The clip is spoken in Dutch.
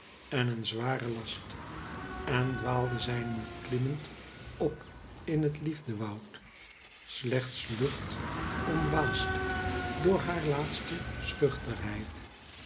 en een zware last en dwaalde zij nu khmmend op in het liefdewoud slechts lucht omwaasd door haar laatste